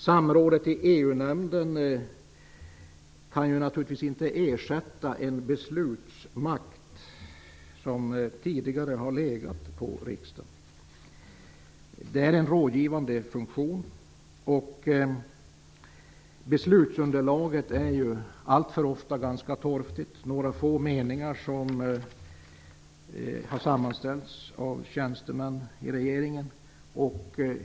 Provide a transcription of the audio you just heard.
Samrådet i EU-nämnden kan naturligtvis inte ersätta en beslutsmakt som tidigare legat på riksdagen, utan det är fråga om en rådgivande funktion. Beslutsunderlaget är alltför ofta ganska torftigt. Det handlar om några få meningar som har sammmanställts av tjänstemän i regeringen.